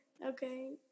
Okay